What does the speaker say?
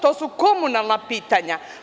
To su komunalna pitanja.